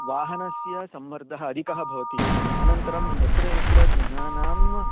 वाहनस्य सम्मर्दः अधिकः भवति अनन्तरं यत्र यत्र जनानाम्